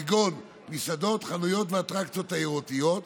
כגון מסעדות, חנויות ואטרקציות תיירותיות.